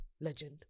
legend